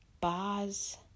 bars